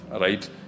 right